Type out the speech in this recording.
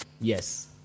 Yes